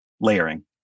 layering